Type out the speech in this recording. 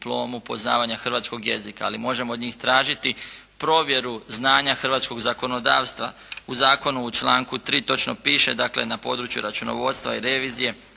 poznavanja hrvatskog jezika, ali možemo od njih tražiti provjeru znanja hrvatskog zakonodavstva u zakonu u članku 3. točno piše, dakle na području računovodstva i revizije,